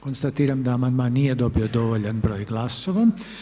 Konstatiram da amandman nije dobio dovoljan broj glasova.